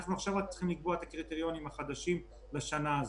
אנחנו עכשיו רק צריכים לקבוע את הקריטריונים החדשים לשנה הזאת.